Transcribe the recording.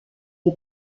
une